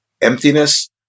emptiness